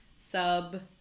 Sub